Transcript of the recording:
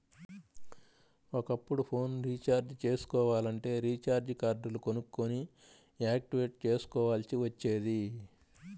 ఒకప్పుడు phone recharge చేసుకోవాలంటే recharge కార్డులు కొనుక్కొని యాక్టివేట్ చేసుకోవాల్సి వచ్చేది